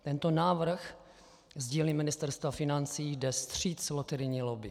Tento návrh z dílny Ministerstva financí jde vstříc loterijní lobby.